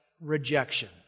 rejection